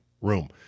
room